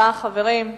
חברים,